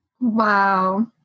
Wow